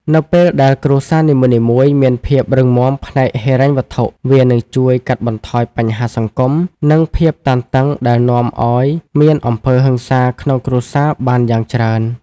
នៅពេលដែលគ្រួសារនីមួយៗមានភាពរឹងមាំផ្នែកហិរញ្ញវត្ថុ វានឹងជួយកាត់បន្ថយបញ្ហាសង្គម និងភាពតានតឹងដែលនាំឱ្យមានអំពើហិង្សាក្នុងគ្រួសារបានយ៉ាងច្រើន។